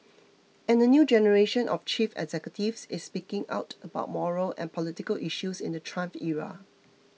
and a new generation of chief executives is speaking out about moral and political issues in the Trump era